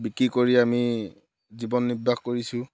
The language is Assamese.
বিক্ৰী কৰি আমি জীৱন নিৰ্বাহ কৰিছোঁ